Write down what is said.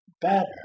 better